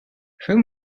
whom